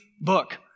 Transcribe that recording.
book